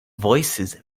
voices